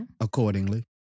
accordingly